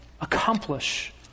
accomplish